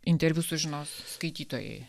interviu sužinos skaitytojai